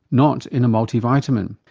not in a multivitamin.